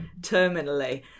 terminally